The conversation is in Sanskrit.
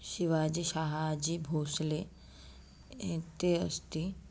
शिवाजि शाहाजि भोस्ले इति अस्ति